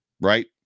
right